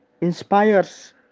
inspires